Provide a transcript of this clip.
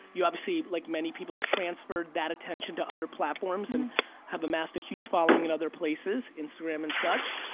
you obviously like many people transferred that attention to other platforms and have amassed a huge following in other places, instagram and such,